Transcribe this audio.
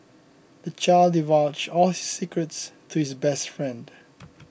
the child divulged all his secrets to his best friend